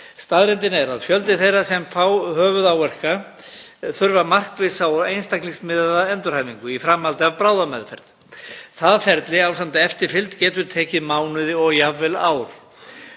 Staðreyndin er að fjöldi þeirra sem fá höfuðáverka þarf markvissa og einstaklingsmiðaða endurhæfingu í framhaldi af bráðameðferð. Það ferli ásamt eftirfylgd getur tekið mánuði og jafnvel ár.